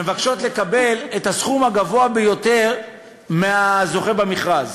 מבקשות לקבל את הסכום הגבוה ביותר מהזוכה במכרז.